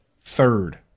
third